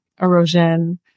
erosion